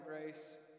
Grace